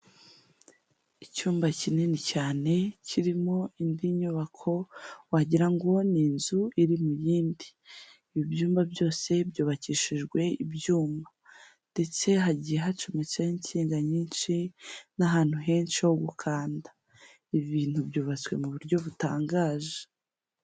Icyumba kinini cyane, kirimo indi nyubako wagira ngo ni inzu iri mu yindi. Ibi byumba byose, byubakishijwe ibyuma ndetse hagiye hacometseho insinga nyinshi n'ahantu henshi ho gukanda. Ibi bintu byubatswe mu buryo butangaje.